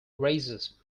razors